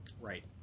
Right